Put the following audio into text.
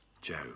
Joe